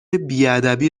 بیادبی